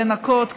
לנקות,